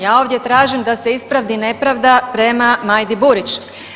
Ja ovdje tražim da se ispravi nepravda prema Majdi Burić.